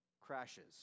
Crashes